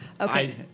Okay